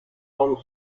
forms